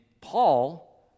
Paul